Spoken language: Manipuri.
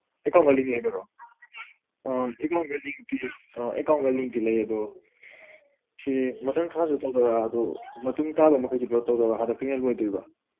ꯑꯦꯀꯥꯎꯟꯒ ꯂꯤꯡ ꯂꯩꯕꯔꯣ ꯑꯥ ꯑꯦꯀꯥꯎꯟꯗ ꯂꯤꯡꯇꯤ ꯑꯥ ꯑꯦꯀꯥꯎꯟꯒ ꯂꯤꯡꯇꯤ ꯂꯩꯌꯦ ꯑꯗꯨ ꯁꯦ ꯃꯊꯪ ꯊꯥꯁꯨ ꯇꯧꯗꯣꯏꯔꯥ ꯑꯗꯨ ꯃꯇꯨꯡ ꯇꯥꯕ ꯃꯈꯩꯁꯨ ꯄꯨꯂꯞ ꯇꯧꯗꯣꯏꯔꯥ ꯍꯟꯗꯛꯇꯪꯅ ꯂꯣꯏꯗꯣꯔꯤꯕ꯭ꯔꯥ